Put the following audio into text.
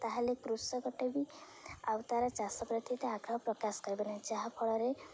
ତାହେଲେ କୃଷକଟେ ବି ଆଉ ତାର ଚାଷ ପ୍ରତି ଆଗ୍ରହ ପ୍ରକାଶ କରିବେ ନାହିଁ ଯାହାଫଳରେ